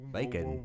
Bacon